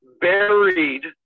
buried